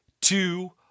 two